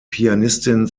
pianistin